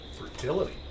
fertility